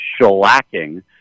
shellacking